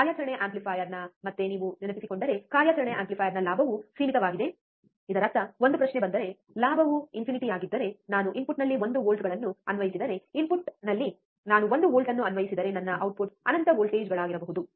ಕಾರ್ಯಾಚರಣೆಯ ಆಂಪ್ಲಿಫೈಯರ್ನ ಮತ್ತೆ ನೀವು ನೆನಪಿಸಿಕೊಂಡರೆ ಕಾರ್ಯಾಚರಣೆಯ ಆಂಪ್ಲಿಫೈಯರ್ನ ಲಾಭವು ಸೀಮಿತವಾಗಿದೆ ಇದರರ್ಥ ಒಂದು ಪ್ರಶ್ನೆ ಬಂದರೆ ಲಾಭವು ಇನ್ಫಿನಿಟಿ ಆಗಿದ್ದರೆ ನಾನು ಇನ್ಪುಟ್ನಲ್ಲಿ 1 ವೋಲ್ಟ್ಗಳನ್ನು ಅನ್ವಯಿಸಿದರೆ ಇನ್ಪುಟ್ನಲ್ಲಿ ನಾನು ಒಂದು ವೋಲ್ಟ್ ಅನ್ನು ಅನ್ವಯಿಸಿದರೆ ನನ್ನ ಔಟ್ಪುಟ್ ಅನಂತ ವೋಲ್ಟೇಜ್ಗಳಾಗಿರಬೇಕು